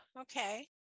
okay